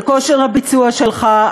על כושר הביצוע שלך,